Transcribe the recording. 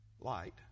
Light